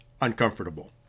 uncomfortable